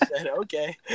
okay